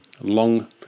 long